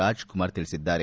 ರಾಜಕುಮಾರ್ ತಿಳಿಸಿದ್ದಾರೆ